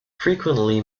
frequently